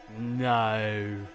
No